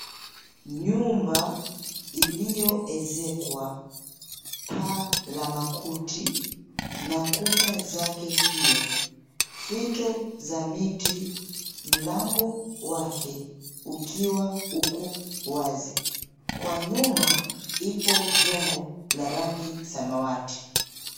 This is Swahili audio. Nyumba iliyoezekwa paa la makuti na kuta zake pia. Fito za miti, mlango wake ukiwa uko wazi. Kwa nyuma, ipo jengo la rangi samawati.